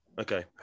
Okay